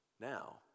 Now